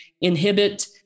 inhibit